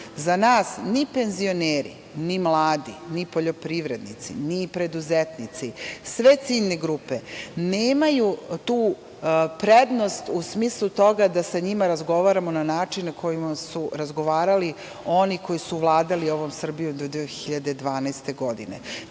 nas ni penzioneri, ni mladi, ni poljoprivrednici, ni preduzetnici, sve ciljne grupe nemaju tu prednost u smislu toga da sa njima razgovaramo na način na koji su razgovarali oni koji su vladali ovom Srbijom do 2012. godine. Mi